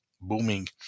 booming